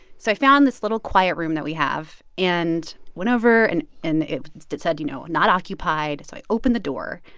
so i found this little, quiet room that we have and went over. and and it said, you know, not occupied. so i opened the door,